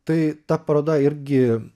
tai ta paroda irgi